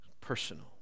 personal